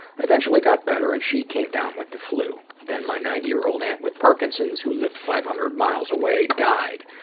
i eventually got better and she came down with the flu. then my ninety year old aunt with parkinson's who lived five hundred miles away died.